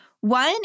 one